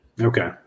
Okay